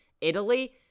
Italy